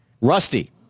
Rusty